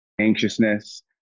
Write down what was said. anxiousness